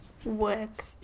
work